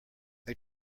they